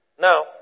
Now